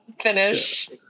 finish